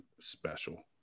special